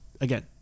Again